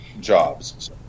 jobs